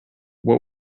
what